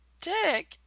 dick